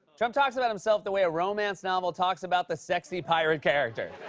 trump talks about himself the way a romance novel talks about the sexy pirate character.